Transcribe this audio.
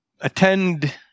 attend